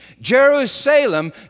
Jerusalem